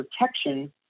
protection